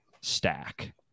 stack